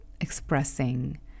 expressing